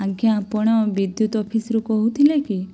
ଆଜ୍ଞା ଆପଣ ବିଦ୍ୟୁତ୍ ଅଫିସ୍ରୁ କହୁଥିଲେ କି